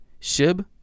SHIB